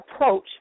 approach